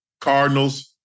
Cardinals